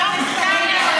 חוקקנו, בחוק מספר שרים.